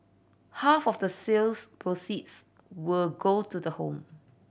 half of the sales proceeds will go to the home